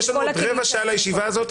יש לנו עוד רבע שעה לישיבה הזאת.